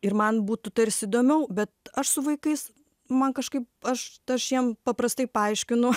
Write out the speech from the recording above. ir man būtų tarsi įdomiau bet aš su vaikais man kažkaip aš aš jiem paprastai paaiškinu